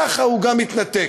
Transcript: כך הוא גם יתנתק.